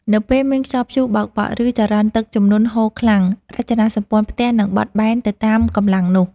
នៅពេលមានខ្យល់ព្យុះបោកបក់ ឬចរន្តទឹកជំនន់ហូរខ្លាំង រចនាសម្ព័ន្ធផ្ទះនឹងបត់បែនទៅតាមកម្លាំងនោះ។